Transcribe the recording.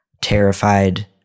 terrified